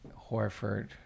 Horford